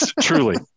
Truly